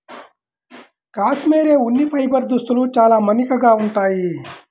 cashmere ఉన్ని fibre దుస్తులు చాలా మన్నికగా ఉంటాయి